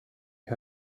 ihr